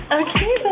okay